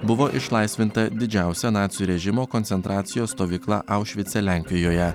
buvo išlaisvinta didžiausia nacių režimo koncentracijos stovykla aušvice lenkijoje